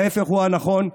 ההפך הוא הנכון,